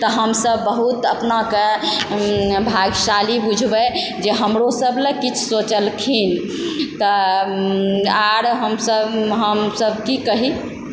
तऽ हमसब बहुत अपनाके भाग्यशाली बुझबय जे हमरो सब लए किछु सोचलखिन तऽ आओर हमसब हम सब की कही